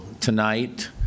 tonight